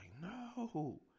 no